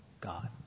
God